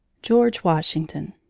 george washington